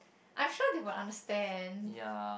I'm sure they will understand